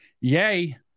Yay